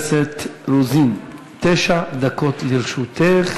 רוזין, תשע דקות לרשותך.